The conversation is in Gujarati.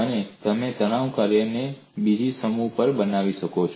અને તમે તણાવ કાર્યોનો બીજો સમૂહ પણ બનાવી શકો છો